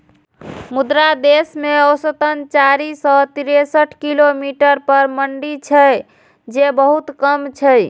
मुदा देश मे औसतन चारि सय तिरेसठ किलोमीटर पर मंडी छै, जे बहुत कम छै